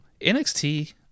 NXT